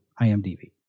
IMDb